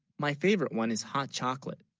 my favorite one is hot chocolate